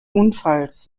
unfalls